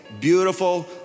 Beautiful